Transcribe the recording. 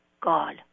God